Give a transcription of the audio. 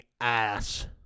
ass